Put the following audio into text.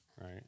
right